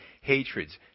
hatreds